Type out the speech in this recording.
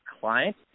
client